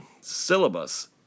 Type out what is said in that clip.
syllabus